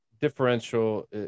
differential